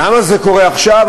למה זה קורה עכשיו?